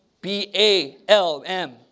B-A-L-M